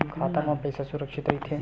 खाता मा पईसा सुरक्षित राइथे?